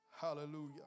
Hallelujah